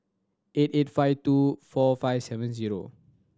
eight eight five two four five seven zero